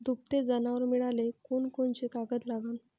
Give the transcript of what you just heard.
दुभते जनावरं मिळाले कोनकोनचे कागद लागन?